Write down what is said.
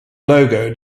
logo